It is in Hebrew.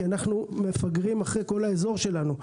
כי אנחנו מפגרים אחרי כל האזור שלנו.